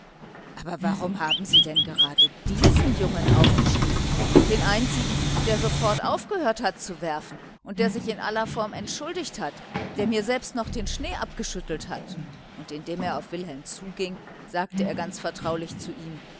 aber warum haben sie denn gerade diesen jungen aufgeschrieben den einzigen der sofort aufgehört hat zu werfen und der sich in aller form entschuldigt hat der mir selbst noch den schnee abgeschüttelt hat und indem er auf wilhelm zuging sagte er ganz vertraulich zu ihm